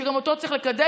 שגם אותו צריך לקדם.